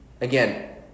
again